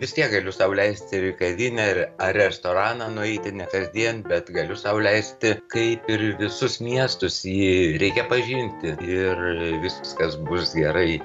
vis tiek galiu sau leisti ir į kavinę ir ar restoraną nueiti ne kasdien bet galiu sau leisti kaip ir visus miestus jį reikia pažinti ir viskas bus gerai